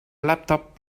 laptop